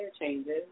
changes